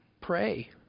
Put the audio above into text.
pray